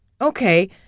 Okay